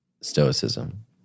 Stoicism